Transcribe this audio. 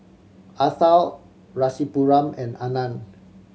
Atal Rasipuram and Anand